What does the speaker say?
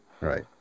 Right